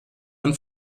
und